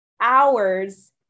Hours